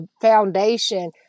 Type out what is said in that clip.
foundation